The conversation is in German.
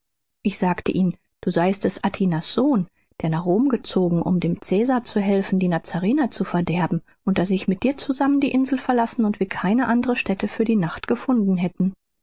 ich sagte ihnen du seiest des atinas sohn der nach rom gezogen um dem cäsar zu helfen die nazarener zu verderben und daß ich mit dir zusammen die insel verlassen und wir keine andere stätte für die nacht gefunden hätten